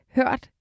hørt